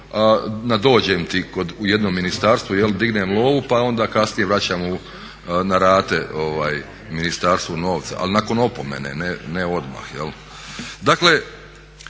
na dođem ti u jednom ministarstvu, dignem lovu pa onda kasnije vraćam na rate ministarstvu novce, ali nakon opomene, ne odmah.